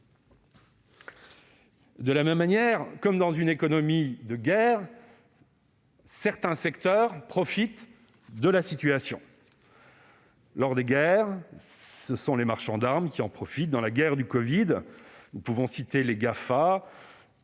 mes chers collègues. Comme dans une économie de guerre, certains secteurs profitent de la situation. Dans les guerres, ce sont les marchands d'armes qui prospèrent. Dans la guerre contre le covid, nous pouvons citer les GAFA,